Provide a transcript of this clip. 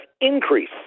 increase